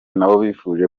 ndabyizeye